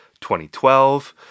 2012